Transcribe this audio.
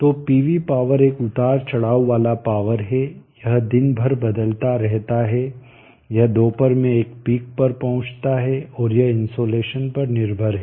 तो PV power एक उतार चढ़ाव वाला पावर है यह दिन भर बदलता रहता है यह दोपहर में एक पिक पर पहुंचती है और यह इन्सोलेशन पर निर्भर है